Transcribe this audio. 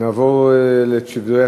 תשע ושש.